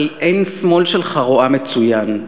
אבל עין שמאל שלך רואה מצוין,